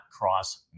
cross